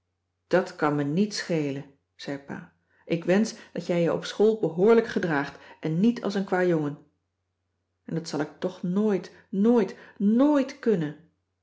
dat kan me niets schelen zei pa ik wensch dat jij je op school behoorlijk gedraagt en niet als een kwajongen en dat zal ik toch nooit nooit nooit kunnen